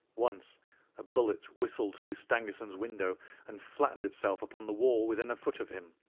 once a bullet whistled through stangerson's window and flattened itself upon the wall within a foot of him.